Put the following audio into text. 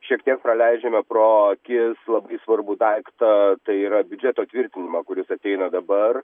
šiek tiek praleidžiame pro akis labai svarbų daiktą tai yra biudžeto tvirtinimą kuris ateina dabar